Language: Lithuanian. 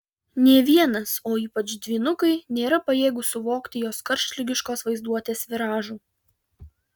nė vienas o ypač dvynukai nėra pajėgūs suvokti jos karštligiškos vaizduotės viražų